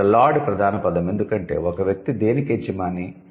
ఇక్కడ 'లార్డ్' ప్రధాన పదం ఎందుకంటే ఒక వ్యక్తి దేనికి యజమాని